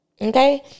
okay